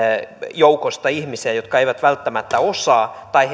joukosta ihmisiä jotka eivät välttämättä osaa tai